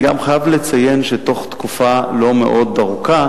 אני גם חייב לציין שבתוך תקופה לא מאוד ארוכה